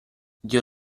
dio